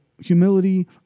humility